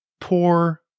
poor